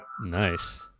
Nice